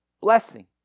Blessing